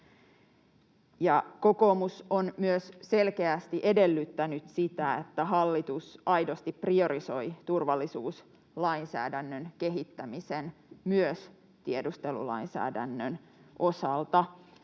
Kokoomus on myös selkeästi edellyttänyt sitä, että hallitus aidosti priorisoi turvallisuuslainsäädännön kehittämisen myös tiedustelulainsäädännön osalta.